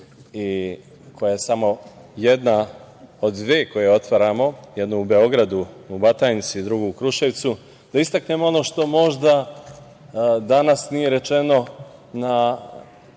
koja je samo jedna od dve koje otvaramo. Jedna u Beogradu, u Batajnici, druga u Kruševcu, da istaknem ono što možda danas nije rečeno što